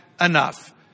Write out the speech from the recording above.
enough